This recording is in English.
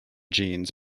jeans